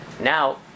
now